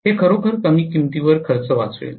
हे खरोखर कमी किंमतीवर खर्च वाचवेल